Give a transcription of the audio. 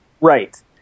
Right